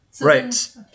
Right